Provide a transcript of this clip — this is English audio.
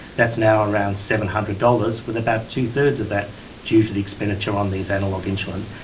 that's now around seven hundred dollars with about two-thirds of that due to the expenditure on these analogue insulins.